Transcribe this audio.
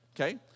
Okay